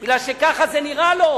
כי ככה זה נראה לו,